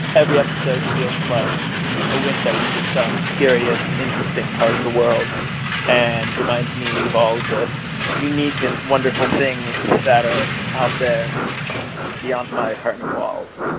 every episode feels like a window into some curious, interesting part of the world and reminds me of all the unique and wonderful things that are out there beyond my apartment walls.